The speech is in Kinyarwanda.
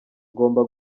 ngomba